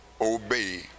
obey